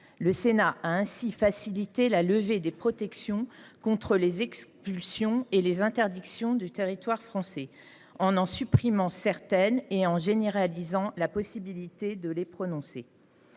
Le Sénat a ainsi facilité la levée des protections contre les expulsions et les interdictions du territoire français, en supprimant certaines de ces protections et en généralisant la possibilité de prononcer